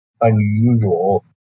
unusual